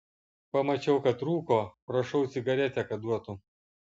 pamačiau kad rūko prašau cigaretę kad duotų